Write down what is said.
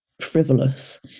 frivolous